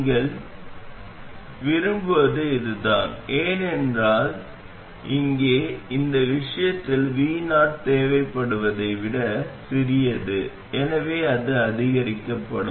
நீங்கள் விரும்புவது இதுதான் ஏனென்றால் இங்கே இந்த விஷயத்தில் vo தேவைப்படுவதை விட சிறியது எனவே அது அதிகரிக்கப்படும்